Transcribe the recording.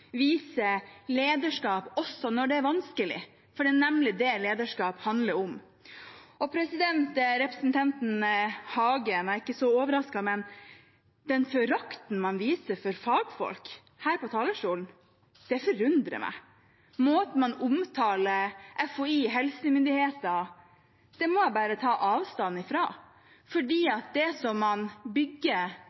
viser lederskap også når det er vanskelig, for det er nemlig det lederskap handler om. Når det gjelder representanten Hagen, er jeg ikke så overrasket, men den forakten man viser for fagfolk fra talerstolen, forundrer meg. Måten man omtaler FHI og helsemyndighetene på, må jeg bare ta avstand fra. Det som man bygger